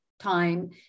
time